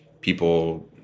people –